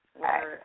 right